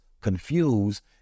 confused